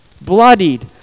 bloodied